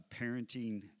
parenting